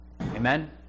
Amen